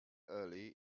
early